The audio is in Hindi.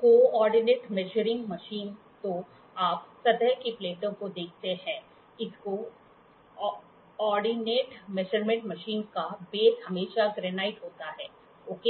को ऑर्डिनेट मेजरिंग मशीन तो आप सतह की प्लेटों को देखते हैं इस को ऑर्डिनेट मेजरमेंट मशीन का बेस हमेशा ग्रेनाइट होता है ओके